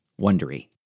Wondery